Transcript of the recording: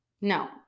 No